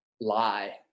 lie